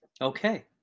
Okay